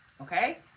Okay